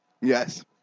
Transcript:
Yes